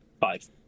five